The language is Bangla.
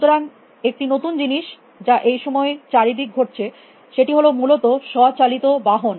সুতরাং একটি নতুন জিনিস যা এই সময়ে চারিদিকে ঘটছে সেটি হল মূলত স্ব চালিত বাহন